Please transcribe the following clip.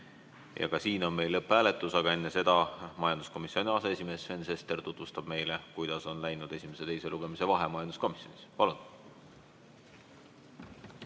Ka siin on meil lõpphääletus, aga enne seda majanduskomisjoni aseesimees Sven Sester tutvustab meile, kuidas on läinud esimese ja teise lugemise vahel majanduskomisjonis. Meie